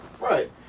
right